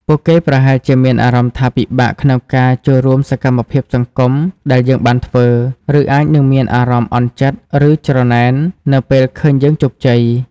ពួកគេប្រហែលជាមានអារម្មណ៍ថាពិបាកក្នុងការចូលរួមសកម្មភាពសង្គមដែលយើងបានធ្វើ ឬអាចនឹងមានអារម្មណ៍អន់ចិត្ត ឬច្រណែននៅពេលឃើញយើងជោគជ័យ។